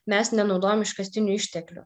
mes nenaudojam iškastinių išteklių